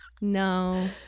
No